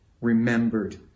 remembered